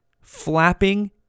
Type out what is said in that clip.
flapping